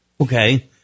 Okay